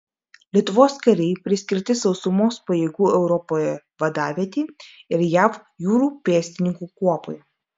lietuvos kariai priskirti sausumos pajėgų europoje vadavietei ir jav jūrų pėstininkų kuopai